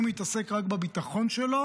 הוא מתעסק רק בביטחון שלו